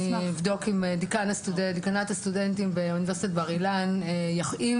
אני אבדוק עם דיקן הסטודנטים באוניברסיטת בר אילן האם